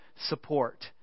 support